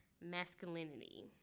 masculinity